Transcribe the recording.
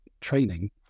training